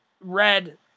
Red